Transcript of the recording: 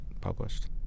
published